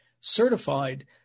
certified